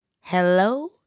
Hello